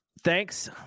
Thanks